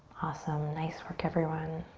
awesome, nice work everyone.